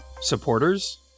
Supporters